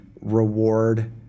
reward